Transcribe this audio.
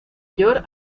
york